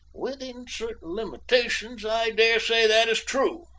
within certain limitations, i daresay that is true,